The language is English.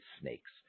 snakes